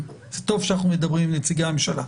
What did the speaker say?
זה טוב שאנחנו מדברים עם נציגי הממשלה.